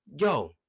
Yo